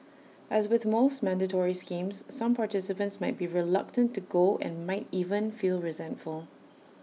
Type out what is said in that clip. as with most mandatory schemes some participants might be reluctant to go and might even feel resentful